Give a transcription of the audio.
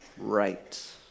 right